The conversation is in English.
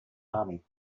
army